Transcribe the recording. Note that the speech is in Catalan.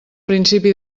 principi